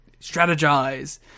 strategize